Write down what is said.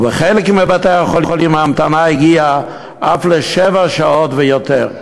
ובחלק מבתי-החולים ההמתנה הגיעה אף לשבע שעות ויותר.